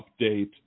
update